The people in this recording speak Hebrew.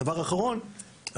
הדבר האחרון,